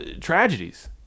tragedies